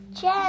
Jen